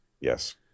Yes